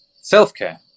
self-care